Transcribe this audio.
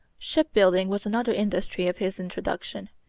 shipbuilding was another industry of his introduction.